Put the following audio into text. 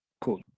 cool